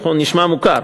נשמע מוכר,